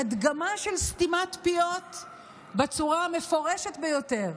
הדגמה של סתימת פיות בצורה המפורשת ביותר.